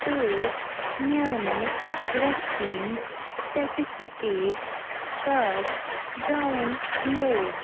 تہٕ میٛانہِ vaccine certificate کر ڈاوُن لوڈ